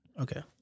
Okay